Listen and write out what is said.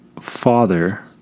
father